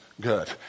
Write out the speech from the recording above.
good